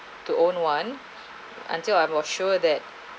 to own one until I was sure that